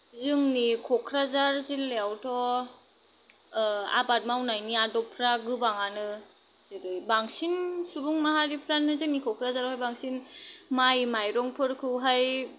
जोंनि क'क्राझार जिल्लायावथ' आबाद मावनायनि आदबफोरा गोबांआनो जेरै बांसिन सुबुं माहारिफोरानो जोंनि क'क्राझारावहाय बांसिन माइ माइरंफोरखौहाय